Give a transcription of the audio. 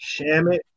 Shamit